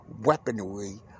weaponry